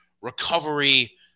recovery